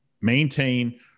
Maintain